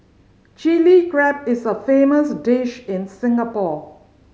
Chilli Crab is a famous dish in Singapore